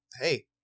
hey